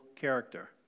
character